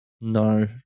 No